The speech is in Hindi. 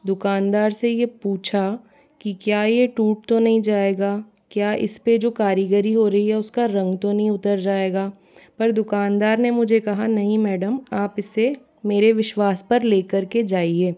दुकानदार से यह पूछा कि क्या ये टूट तो नहीं जाएगा क्या इस पे जो कारीगरी हो रही है उसका रंग तो नहीं उतर जाएगा पर दुकानदार ने मुझे कहा नहीं मैडम आप इसे मेरे विश्वास पर लेकर के जाइये